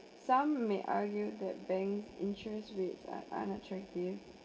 some may argue that bank interest rates are unattractive